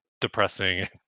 depressing